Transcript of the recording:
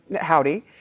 Howdy